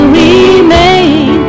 remain